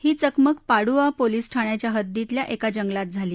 ही चकमक पाडुआ पोलीस ठाण्याच्या हद्दीत एका जंगलात झाली